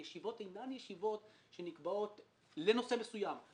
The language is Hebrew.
הישיבות אינן ישיבות שנקבעות לנושא מסוים.